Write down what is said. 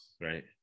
right